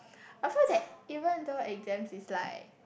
I feel that even though exam is like